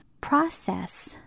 process